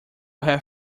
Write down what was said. have